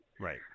right